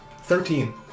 Thirteen